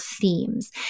themes